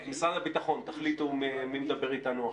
משרד הביטחון, תחליטו מי מדבר איתנו.